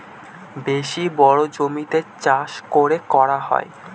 বেশি বড়ো জমিতে চাষ করে করা হয়